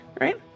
right